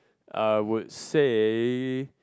I would say